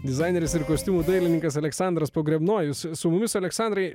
dizaineris ir kostiumų dailininkas aleksandras pogrebnojus su mumis aleksandrai